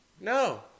No